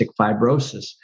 fibrosis